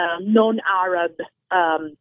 non-Arab